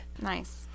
Nice